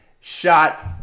shot